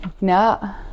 no